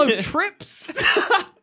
trips